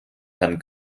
herrn